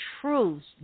truths